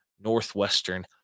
Northwestern